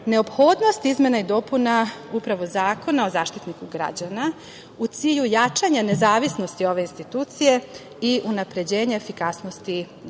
neophodnost izmena i dopuna upravo Zakona o Zaštitniku građana u cilju jačanja nezavisnosti ove institucije i unapređenje efikasnosti njenog